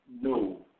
No